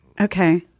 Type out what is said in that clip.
Okay